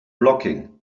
blocking